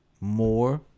more